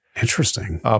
interesting